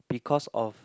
because of